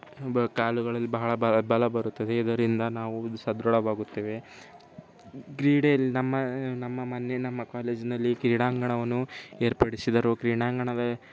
ಕಾಲುಗಳಲ್ಲಿ ಬಹಳ ಬಲ ಬರುತ್ತದೆ ಇದರಿಂದ ನಾವು ಸದೃಢವಾಗುತ್ತೇವೆ ಕ್ರೀಡೆ ನಮ್ಮ ನಮ್ಮ ಮನ ನಮ್ಮ ಕಾಲೇಜಿನಲ್ಲಿ ಕ್ರೀಡಾಂಗಣವನ್ನು ಏರ್ಪಡಿಸಿದರು ಕ್ರೀಡಾಂಗಣದ